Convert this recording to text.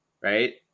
right